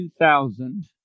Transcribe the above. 2000